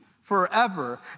forever